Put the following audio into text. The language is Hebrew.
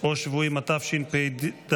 או שבויים, התשפ"ד